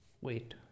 Wait